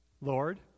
Lord